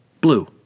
Blue